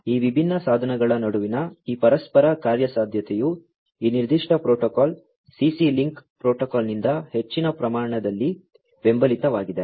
ಈ ವಿಭಿನ್ನ ಸಾಧನಗಳ ನಡುವಿನ ಈ ಪರಸ್ಪರ ಕಾರ್ಯಸಾಧ್ಯತೆಯು ಈ ನಿರ್ದಿಷ್ಟ ಪ್ರೋಟೋಕಾಲ್ CC ಲಿಂಕ್ ಪ್ರೋಟೋಕಾಲ್ನಿಂದ ಹೆಚ್ಚಿನ ಪ್ರಮಾಣದಲ್ಲಿ ಬೆಂಬಲಿತವಾಗಿದೆ